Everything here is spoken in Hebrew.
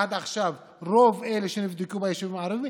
עד עכשיו רוב אלה שנדבקו ביישובים הערביים